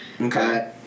Okay